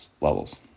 levels